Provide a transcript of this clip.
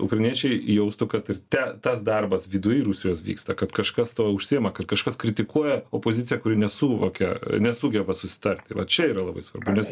ukrainiečiai jaustų kad ir te tas darbas viduj rusijos vyksta kad kažkas tuo užsiima kad kažkas kritikuoja opoziciją kuri nesuvokia nesugeba susitarti va čia yra labai svarbu nes